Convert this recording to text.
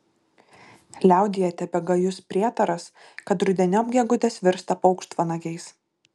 liaudyje tebegajus prietaras kad rudeniop gegutės virsta paukštvanagiais